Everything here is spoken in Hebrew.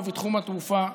ובתחום התעופה בפרט.